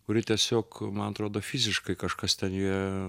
kuri tiesiog man atrodo fiziškai kažkas ten jie